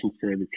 service